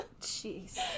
Jeez